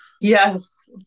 Yes